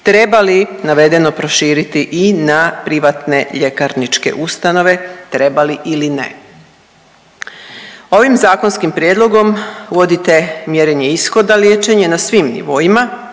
Treba li navedeno proširiti i na privatne ljekarničke ustanove? Treba li ili ne? Ovim zakonskim prijedlogom uvodite mjerenje ishoda liječenja na svim nivoima,